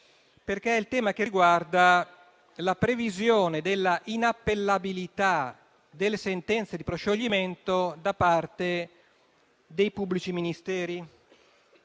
e importante. Esso riguarda la previsione della inappellabilità delle sentenze di proscioglimento da parte dei pubblici ministeri.